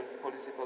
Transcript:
political